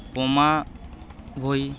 Uma Bhoi